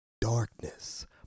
darkness